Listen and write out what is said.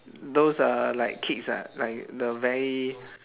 those uh like kids ah like the very